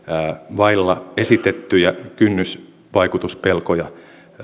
vailla esitettyjä kynnysvaikutuspelkoja